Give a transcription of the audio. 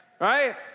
right